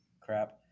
crap